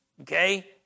Okay